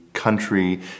country